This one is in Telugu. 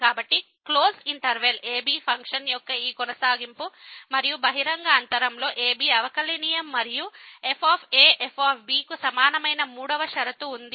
కాబట్టి close interval a b function యొక్క ఈ అవిచ్ఛిన్నత మరియు బహిరంగ అంతరంలోa b అవకలనియమం మరియు f f కు సమానమైన మూడవ షరతు ఉంది